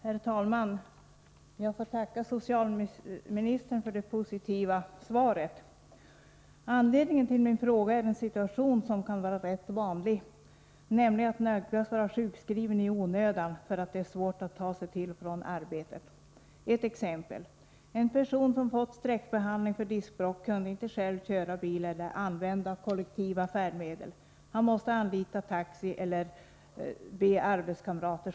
Herr talman! Jag tackar socialministern för det positiva svaret. Anledningen till min fråga är en situation som är rätt vanlig, nämligen att man nödgas vara sjukskriven i onödan för att det är svårt att ta sig till och från arbetet. Ett exempel: En person som fått sträckbehandling för diskbråck kunde inte själv köra bil eller använda kollektiva färdmedel. Han måste anlita taxi eller åka med arbetskamrater.